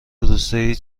روستایی